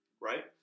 Right